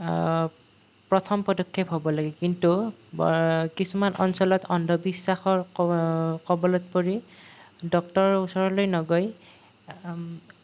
প্ৰথম পদক্ষেপ হ'ব লাগে কিন্তু কিছুমান অঞ্চলত অন্ধবিশ্বাসৰ ক কবলত পৰি ডক্তৰৰ ওচৰলৈ নগৈ